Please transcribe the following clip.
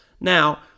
Now